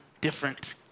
different